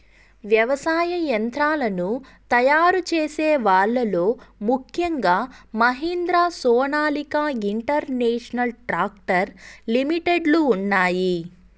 వ్యవసాయ యంత్రాలను తయారు చేసే వాళ్ళ లో ముఖ్యంగా Mahindra, Sonalika international tractor limited లు ఉన్నాయి